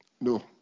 No